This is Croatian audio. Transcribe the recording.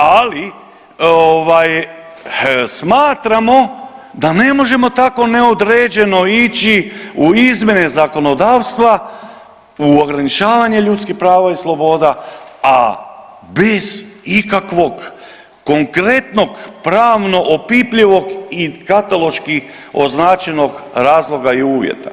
Ali smatramo da ne možemo tako neodređeno ići u izmjene zakonodavstva u ograničavanje ljudskih prava i sloboda, a bez ikakvog konkretnog pravno opipljivog i kataloški označenog razloga i uvjeta.